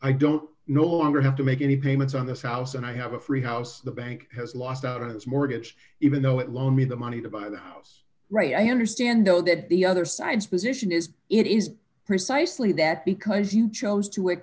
i don't know longer have to make any payments on this house and i have a free house the bank has lost out of its mortgage even though it loaned me the money to buy the house right i understand though that the other side's position is it is precisely that because you chose to a